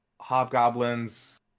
hobgoblins